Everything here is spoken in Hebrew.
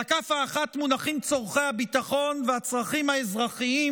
על הכף האחת מונחים צורכי הביטחון והצרכים האזרחיים,